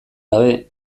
gabe